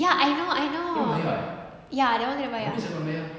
ya I know I know ya that one kena bayar